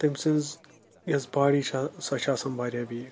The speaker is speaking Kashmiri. تٔمۍ سٕنٛز یۄس باڈی چھِ سۄ چھِ آسان واریاہ ویٖک